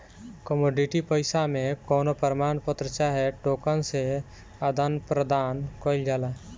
commodity पईसा मे कवनो प्रमाण पत्र चाहे टोकन से आदान प्रदान कईल जाला